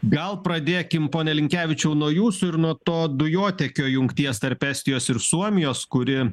gal pradėkim pone linkevičiau nuo jūsų ir nuo to dujotiekio jungties tarp estijos ir suomijos kuri